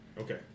Okay